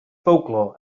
folklore